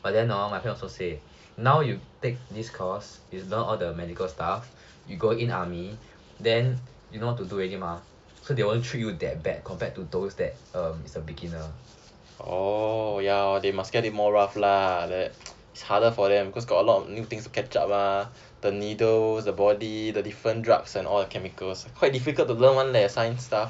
but then hor my friend also say now you take this course is learn all the medical stuff you go in army then you know what to do already mah so they won't treat you that bad compared to those who are beginners